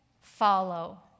follow